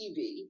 TV